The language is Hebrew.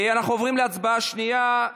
אנחנו עוברים להצבעה השנייה,